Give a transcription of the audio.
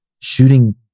shooting